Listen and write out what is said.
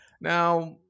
Now